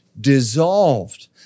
Dissolved